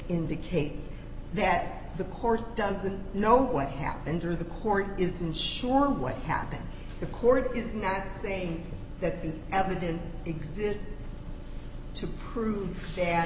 indicates that the court doesn't know what happened or the court isn't sure what happened the court is not saying that the evidence exists to prove that